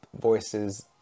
voices